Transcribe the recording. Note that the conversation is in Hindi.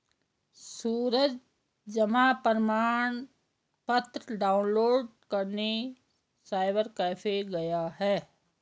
सूरज जमा प्रमाण पत्र डाउनलोड करने साइबर कैफे गया